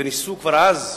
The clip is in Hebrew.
וניסו כבר אז,